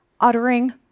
uttering